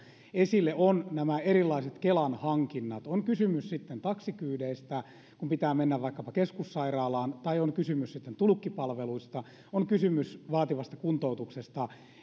esille on nämä erilaiset kelan hankinnat on kysymys sitten taksikyydeistä kun pitää mennä vaikkapa keskussairaalaan tai on kysymys tulkkipalveluista on kysymys vaativasta kuntoutuksesta